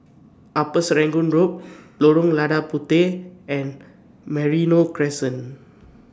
Upper Serangoon Road Lorong Lada Puteh and Merino Crescent